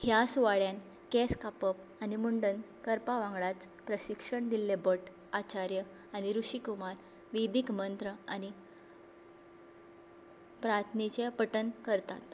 ह्या सुवाळ्यान केंस कापप आनी मुंडन करपा वांगडाच प्रशिक्षण दिल्ले भट आचार्य आनी ऋषिकुमार वेदिक मंत्र आनी प्रार्थनेचें पठण करतात